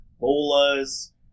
bolas